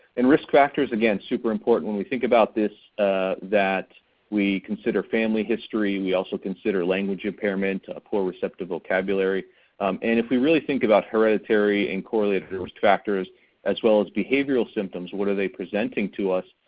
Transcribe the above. and risk factors again super important. when we think about this that we consider family history, and we also consider language impairment, a poor receptive vocabulary and if we really think about hereditary and correlated risk factors as well as behavioral symptoms, what are they presenting to us,